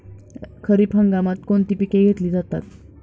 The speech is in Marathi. खरीप हंगामात कोणती पिके घेतली जातात?